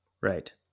right